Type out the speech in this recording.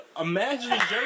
Imagine